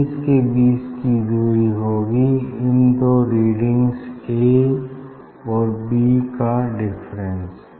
image के बीच की दुरी होगी इन दो रीडिंग्स ए और बी का डिफरेंस